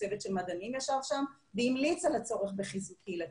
צוות של מדענים ישב שם והמליץ על הצורך בחיזוק קהילתי.